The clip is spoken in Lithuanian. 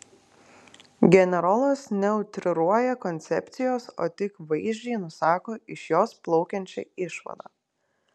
generolas neutriruoja koncepcijos o tik vaizdžiai nusako iš jos plaukiančią išvadą